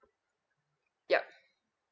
yup